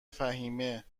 فهیمهمگه